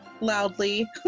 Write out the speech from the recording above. loudly